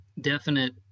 definite